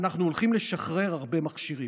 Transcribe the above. אנחנו הולכים לשחרר הרבה מכשירים.